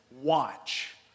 watch